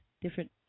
different